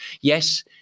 Yes